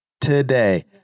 today